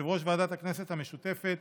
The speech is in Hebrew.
יושב-ראש ועדת הכנסת המשותפת,